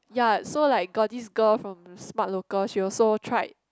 ya so like got this girl from the Smart Local she also tried